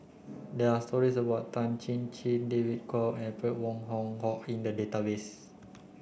there are stories about Tan Chin Chin David Kwo and Alfred Wong Hong Kwok in the database